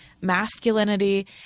masculinity